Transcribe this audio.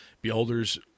Beholders